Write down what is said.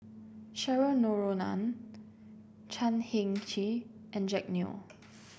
Cheryl Noronha Chan Heng Chee and Jack Neo